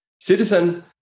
citizen